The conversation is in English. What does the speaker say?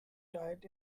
diet